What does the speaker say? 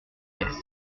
caisse